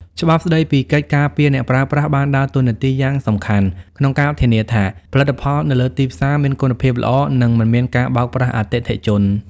ច្បាប់ស្ដីពីកិច្ចការពារអ្នកប្រើប្រាស់ បានដើរតួនាទីយ៉ាងសំខាន់ក្នុងការធានាថា ផលិតផលនៅលើទីផ្សារមានគុណភាពល្អ និងមិនមានការបោកប្រាស់អតិថិជន។